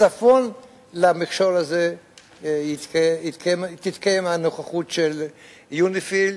מצפון למכשול הזה תתקיים הנוכחות של יוניפי"ל.